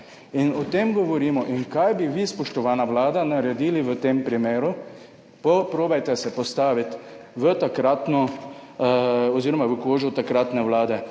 O tem govorimo. In kaj bi vi, spoštovana vlada, naredili v tem primeru? Pokušajte se postaviti v kožo takratne vlade.